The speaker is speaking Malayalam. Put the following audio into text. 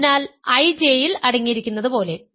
അതിനാൽ IJ ൽ അടങ്ങിയിരിക്കുന്നതുപോലെ